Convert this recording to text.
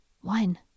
One